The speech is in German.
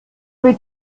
wir